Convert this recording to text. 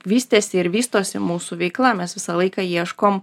vystėsi ir vystosi mūsų veikla mes visą laiką ieškom